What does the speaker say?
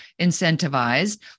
incentivized